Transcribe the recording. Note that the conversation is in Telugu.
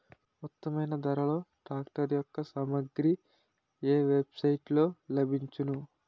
ఉత్తమమైన ధరలో ట్రాక్టర్ యెక్క సామాగ్రి ఏ వెబ్ సైట్ లో లభించును?